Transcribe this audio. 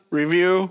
review